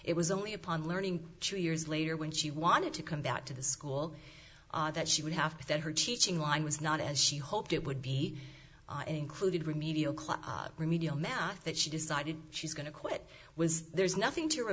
it was only upon learning two years later when she wanted to come back to the school that she would have to get her teaching line was not as she hoped it would be included remedial class remedial math that she decided she's going to quit was there's nothing to